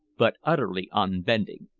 but utterly unbending.